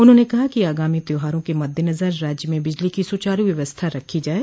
उन्होंने कहा कि आगामी त्यौहारों के मददेनजर राज्य में बिजली की सुचारू व्यवस्था रखी जाये